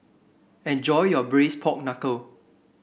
enjoy your Braised Pork Knuckle